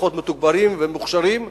בכוחות מתוגברים ומוכשרים,